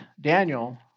Daniel